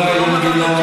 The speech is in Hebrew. תודה, אילן גילאון.